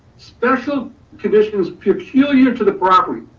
special conditions peculiar to the property.